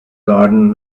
garden